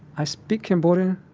i speak cambodian,